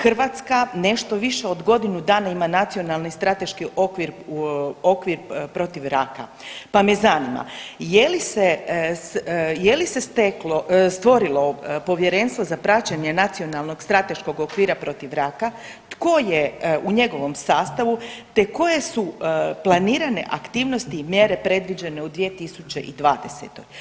Hrvatska nešto više od godinu dana ima Nacionalni strateški okvir, okvir protiv raka, pa me zanima je li se, je li se steklo, stvorilo povjerenstvo za praćenje Nacionalnog strateškog okvira protiv raka, tko je u njegovom sastavu, te koje su planirane aktivnosti i mjere predviđene u 2020.